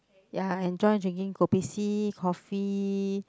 ya I enjoy drinking Kopi-C coffee